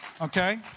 Okay